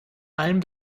allen